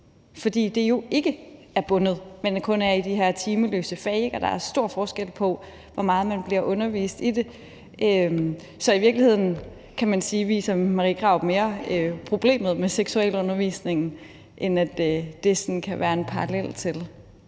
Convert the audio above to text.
fordi det jo ikke er bundet, men kun foregår i de her timeløse fag, og der er stor forskel på, hvor meget man bliver undervist i det. Så i virkeligheden kan man sige, at Marie Krarup mere viser problemet med seksualundervisningen, end at det sådan set kan være en parallel til,